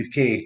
UK